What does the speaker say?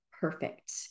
perfect